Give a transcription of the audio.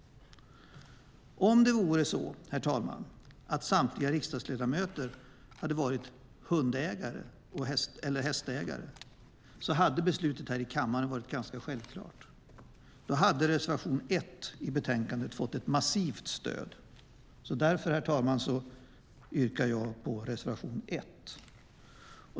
Herr talman! Om samtliga riksdagsledamöter hade varit hundägare eller hästägare hade beslutet här i kammaren varit ganska självklart. Då hade reservation 1 i betänkandet fått ett massivt stöd. Därför, herr talman, yrkar jag bifall till reservation 1.